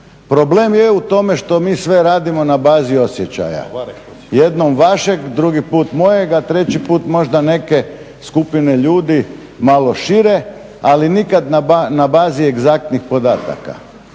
Problem je u tome što mi sve radimo na bazi osjećaja, jednom vašeg, drugi put mojeg, a treći put možda neke skupine ljudi malo šire, ali nikad na bazi egzaktnih podataka.